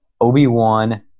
Obi-Wan